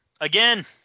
Again